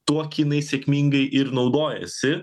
tuo kinai sėkmingai ir naudojasi